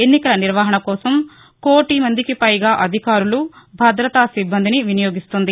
ఎన్నికల నిర్వహణ కోసం కోటి మందికిపైగా అధికారులు భద్రతా సిబ్బందిని వినియోగిస్తోంది